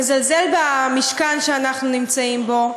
מזלזל במשכן שאנחנו נמצאים בו,